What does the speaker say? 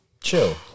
Chill